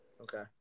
Okay